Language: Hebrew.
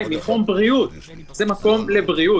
כן תוכל לעשות